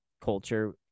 culture